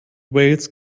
wales